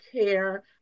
care